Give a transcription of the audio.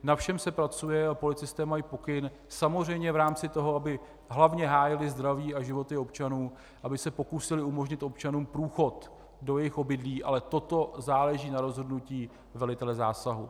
Na všem se pracuje a policisté mají pokyn samozřejmě v rámci toho, aby hlavně hájili zdraví a životy občanů, aby se pokusili umožnit občanům průchod do jejich obydlí, ale toto záleží na rozhodnutí velitele zásahu.